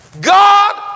God